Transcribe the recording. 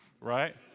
Right